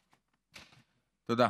תודה.